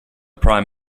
prime